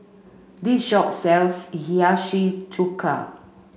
this shop sells Hiyashi Chuka